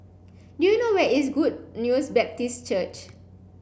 do you know where is Good News Baptist Church